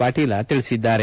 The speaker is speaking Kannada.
ಪಾಟೀಲ ತಿಳಿಸಿದ್ದಾರೆ